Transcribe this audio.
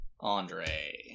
Andre